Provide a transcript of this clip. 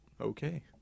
okay